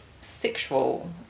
sexual